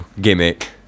gimmick